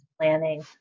planning